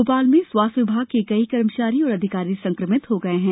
भोपाल में स्वास्थ्य विभाग के कई कर्मचारी और अधिकारी संक्रमित हो गये हैं